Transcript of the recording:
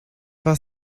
was